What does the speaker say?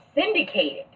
syndicated